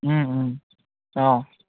অঁ